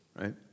right